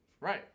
Right